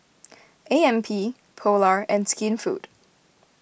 A M P Polar and Skinfood